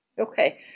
Okay